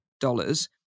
dollars